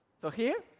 so here,